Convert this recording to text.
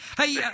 Hey